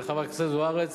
וחברת הכנסת זוארץ,